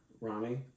Rami